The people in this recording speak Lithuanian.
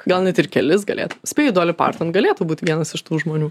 gal net ir kelis gali spėju doli parton galėtų būt vienas iš tų žmonių